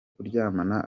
kuryama